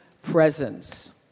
presence